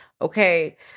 Okay